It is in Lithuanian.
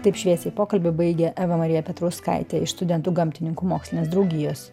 taip šviesiai pokalbį baigė eva marija petrauskaitė iš studentų gamtininkų mokslinės draugijos